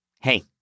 Hey